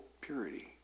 purity